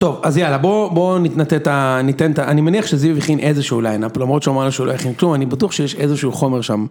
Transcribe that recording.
טוב, אז יאללה בואו... בואו... נתנתה את ה... נתן את ה... אני מניח שזיו יכין איזשהו ליינאפ, למרות שהוא אמר לנו שהוא לא הכין כלום, אני בטוח שיש איזשהו חומר שם.